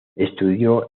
estudió